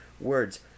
words